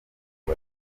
ubu